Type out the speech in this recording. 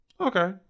Okay